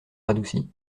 radouci